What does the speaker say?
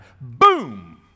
Boom